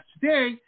today